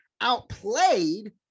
outplayed